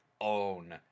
own